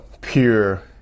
pure